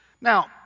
Now